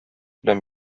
белән